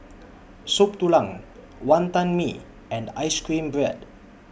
Soup Tulang Wantan Mee and Ice Cream Bread